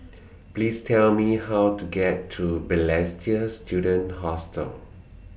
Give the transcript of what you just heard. Please Tell Me How to get to Balestier Student Hostel